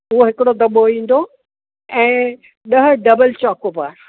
हू हिकिड़ो दॿो ईंदो ऐं ॾह डबल चोकोबार